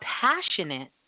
passionate